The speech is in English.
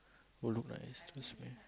will look nice trust me